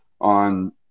on